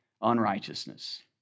unrighteousness